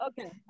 Okay